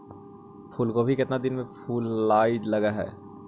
फुलगोभी केतना दिन में फुलाइ लग है?